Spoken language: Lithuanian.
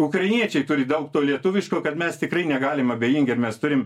ukrainiečiai turi daug to lietuviško kad mes tikrai negalim abejingi ir mes turim